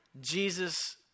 Jesus